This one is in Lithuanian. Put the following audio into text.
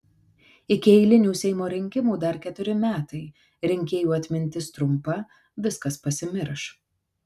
iki eilinių seimo rinkimų dar keturi metai rinkėjų atmintis trumpa viskas pasimirš